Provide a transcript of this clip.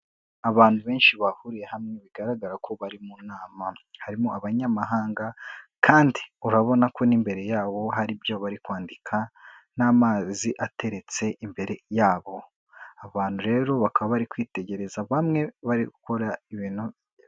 Abantu benshi bahuriye hamwe, bigaragara ko bari mu nama, harimo abanyamahanga, kandi urabona ko n'imbere yabo hari ibyo bari kwandika, n'amazi ateretse imbere yabo. Abantu rero bakaba bari kwitegereza bamwe bari gukora ibintu...